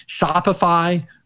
Shopify